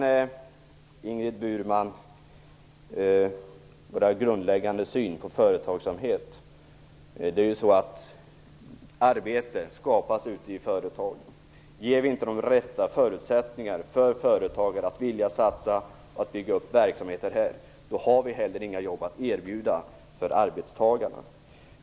När det gäller vår grundläggande syn på företagsamhet, Ingrid Burman, vill jag säga följande. Arbete skapas ute i företagen. Ger vi inte företagare de rätta förutsättningarna så att de vill satsa och bygga upp verksamheter här, har vi heller inga jobb att erbjuda arbetstagarna.